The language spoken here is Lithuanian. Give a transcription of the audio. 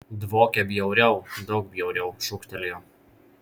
dvokia bjauriau daug bjauriau šūktelėjo